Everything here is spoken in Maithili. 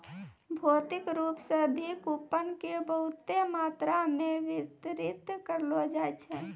भौतिक रूप से भी कूपन के बहुते मात्रा मे वितरित करलो जाय छै